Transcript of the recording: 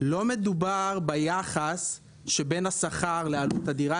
לא מדובר ביחס שבין השכר לבין עלות הדירה,